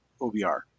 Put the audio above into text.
OBR